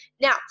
now